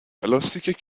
پلاستیک